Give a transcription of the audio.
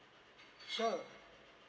sure